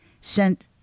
sent